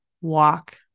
walk